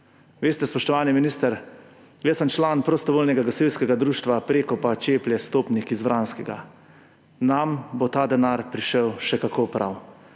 Veste, spoštovani minister, jaz sem član Prostovoljnega gasilskega društva Prekopa-Čeplje-Stopnik z Vranskega. Nam bo ta denar prišel še kako prav.